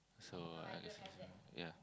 so at least it's a yeah